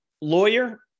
Lawyer